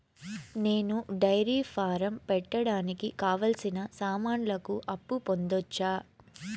నేను dairy farm పెట్టడానికి కావాల్సిన సామాన్లకు అప్పు పొందొచ్చా?